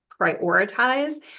prioritize